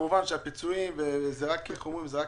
כמובן שהפיצויים הם רק